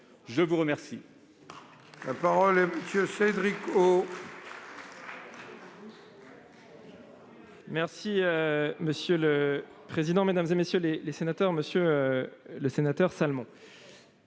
je vous remercie